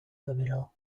paméla